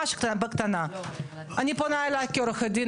אני פונה אלייך כעורכת דין,